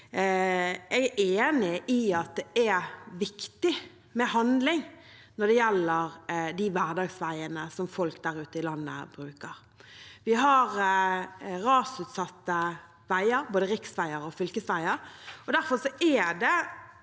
Jeg er enig i at det er viktig med handling når det gjelder de hverdagsveiene som folk der ute i landet bruker. Vi har rasutsatte veier, både riksveier og fylkesveier, og derfor synes